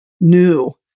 new